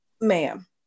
Ma'am